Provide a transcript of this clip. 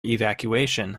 evacuation